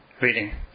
reading